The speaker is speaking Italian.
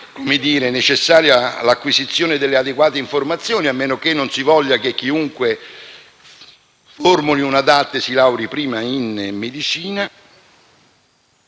non sarebbe necessaria l'acquisizione delle adeguate informazioni, a meno che non si voglia che chiunque formuli una DAT si debba prima laureare in